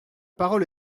parole